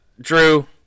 Drew